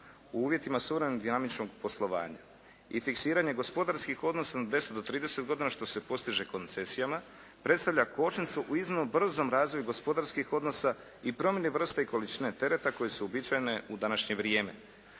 u uvjetima suvremenog dinamičnog poslovanja i fiksiranje gospodarskih odnosa deset do trideset godina što se postiže koncesijama predstavlja kočnicu u iznimno brzom razvoju gospodarskih odnosa i promjeni vrste i količine tereta koje su uobičajene u današnje vrijeme.".